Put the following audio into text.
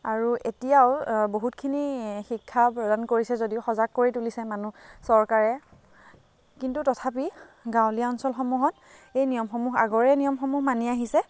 আৰু এতিয়াও বহুতখিনি শিক্ষা প্ৰদান কৰিছে যদিও সজাগ কৰিছে তুলিছে মানুহ চৰকাৰে কিন্তু তথাপি গাঁৱলীয়া অঞ্চলসমূহত সেই নিয়মসমূহ আগৰে নিয়মসমূহ মানি আহিছে